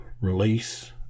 release